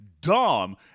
dumb